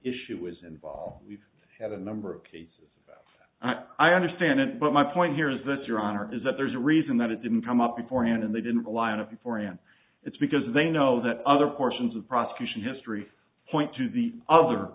issue was involved we've had a number of cases i understand it but my point here is that your honor is that there's a reason that it didn't come up before and they didn't rely on it before and it's because they know that other portions of the prosecution history point to the other